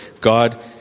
God